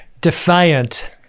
Defiant